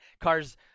Cars